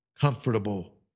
comfortable